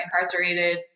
incarcerated